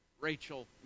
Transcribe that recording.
Rachel